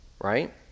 right